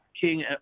king